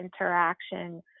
interaction